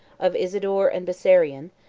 of isidore and bessarion,